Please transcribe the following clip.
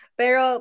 pero